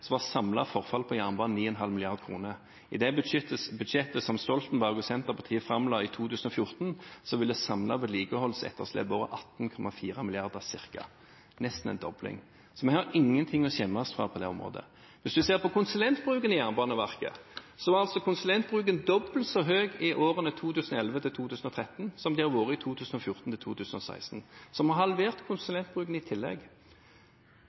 var samlet forfall på jernbanen 9,5 mrd. kr. I det budsjettet som Stoltenberg og Senterpartiet framla i 2014, ville samlet vedlikeholdsetterslep være 18,4 mrd. kr, ca. – nesten en dobling. Så vi har ingenting å skjemmes over på det området. Hvis man ser på konsulentbruken i Jernbaneverket, var den dobbelt så høy i årene 2011–2013 som den har vært i årene 2014–2016. Så vi har halvert konsulentbruken i tillegg.